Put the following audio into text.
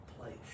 place